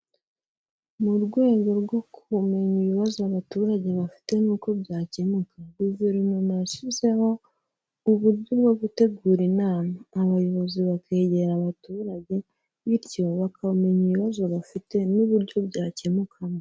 Mu rwego rwo kumenya ibibazo abaturage bafite n'uko byakemuka, guverinoma yashyizeho uburyo bwo gutegura inama, abayobozi bakegera abaturage, bityo bakamenya ibibazo bafite n'uburyo byakemukamo.